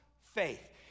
faith